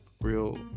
real